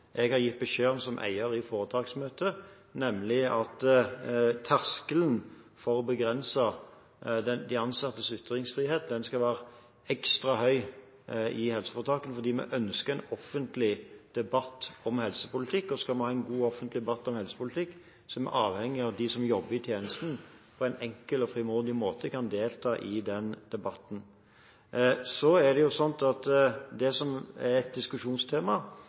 eier i foretaksmøtet, nemlig at terskelen for å begrense de ansattes ytringsfrihet skal være ekstra høy i helseforetakene, fordi vi ønsker en offentlig debatt om helsepolitikk. Skal vi ha en god, offentlig debatt om helsepolitikk, er vi avhengige av at de som jobber i tjenesten, på en enkel og frimodig måte kan delta i den debatten. Det som er et diskusjonstema, er jo grensen for når en uttaler seg på vegne av seg selv som